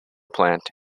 plant